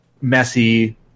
messy